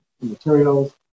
materials